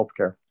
healthcare